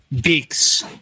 Beaks